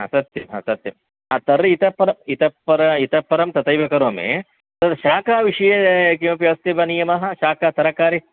हा सत्य हा सत्यं तर्हि इतःपरम् इतःपरम् इतःपरं तथैव करोमि तद् शाकविषये किमपि अस्ति वा नियमः शाकं तरकारी